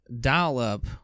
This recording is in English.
dial-up